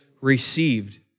received